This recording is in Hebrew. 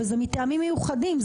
וזה מטעמים מיוחדים,